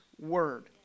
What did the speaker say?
word